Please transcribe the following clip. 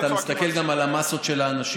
אתה מסתכל גם על המסות של האנשים,